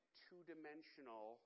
two-dimensional